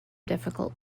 difficult